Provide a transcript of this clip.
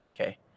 okay